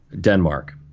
Denmark